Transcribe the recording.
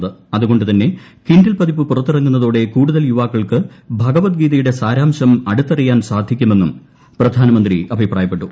പൂർത്തുക്കൊണ്ടു തന്നെ കിൻഡിൽ പതിപ്പ് പുറത്തിറങ്ങുന്നതോടെ ്രൂകൂടുതൽ യുവാക്കൾക്ക് ഭഗവത്ഗീതയുടെ സാരംശം അടുത്തറിയാൻ സാധിക്കുമെന്നും പ്രധാനമന്ത്രി അഭിപ്രായപ്പെട്ടു